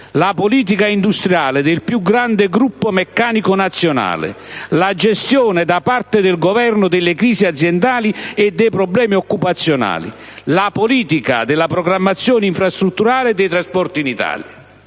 la politica industriale del più grande gruppo meccanico nazionale, la gestione da parte del Governo delle crisi aziendali e dei problemi occupazionali, la politica della programmazione infrastrutturale e dei trasporti in Italia.